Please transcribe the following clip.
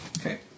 Okay